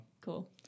Cool